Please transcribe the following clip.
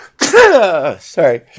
sorry